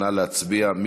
נא להצביע.